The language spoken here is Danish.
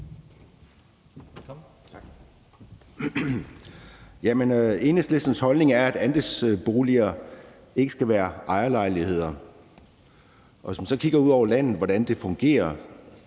Enhedslistens holdning er, at andelsboliger ikke skal være ejerlejligheder. Hvis man så kigger ud over landet og ser på, hvordan det fungerer,